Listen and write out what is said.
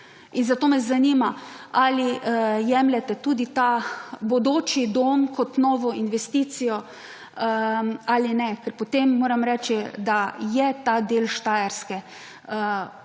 zato me zanima, ali jemljete tudi ta bodoči dom kot novo investicijo ali ne? Ker potem, moram reči, da je ta del Štajerske, pa tako